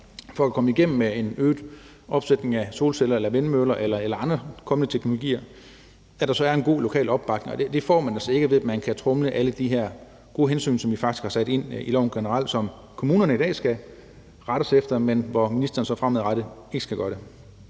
for at komme igennem med en øget opsætning af solceller, vindmøller eller andre kommende teknologier, at der er en god lokal opbakning, og det får man altså ikke ved at kunne tromle hen over alle de her gode hensyn, som vi faktisk har sat ind i loven generelt, og som kommunerne i dag skal rette sig efter, men hvilket ministeren fremadrettet ikke skal. Så jeg